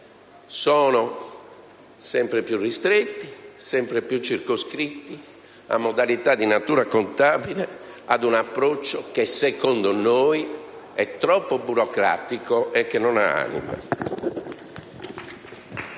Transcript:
sono sempre più ristretti, sempre più circoscritti a modalità di natura contabile, ad un approccio che - a nostro avviso - è troppo burocratico e non ha anima.